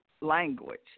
language